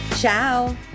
ciao